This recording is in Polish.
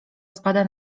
spada